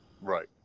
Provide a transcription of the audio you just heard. Right